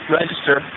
register